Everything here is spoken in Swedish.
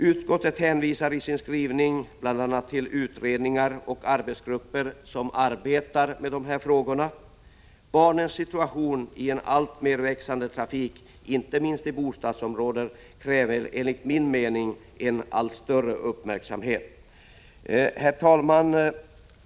Utskottet hänvisar i sin skrivning bl.a. till utredningar och arbetsgrupper som arbetar med dessa frågor. Barnens situation i en alltmer växande trafik, inte minst i bostadsområden, kräver enligt min mening en allt större uppmärksamhet. Herr talman!